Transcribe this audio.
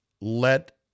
let